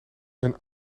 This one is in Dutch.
een